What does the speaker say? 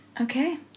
Okay